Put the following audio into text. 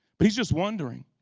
but he's just wondering.